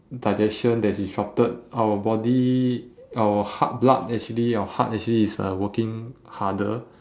digestion that disrupted our body our heart blood actually our heart actually is uh working harder